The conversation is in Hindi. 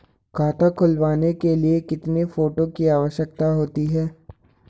खाता खुलवाने के लिए कितने फोटो की आवश्यकता होती है?